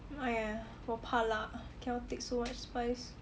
!aiya! 我怕辣 cannot take so much spice